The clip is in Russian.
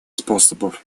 способов